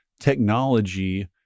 technology